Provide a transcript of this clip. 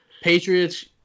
Patriots